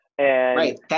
Right